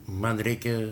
man reikia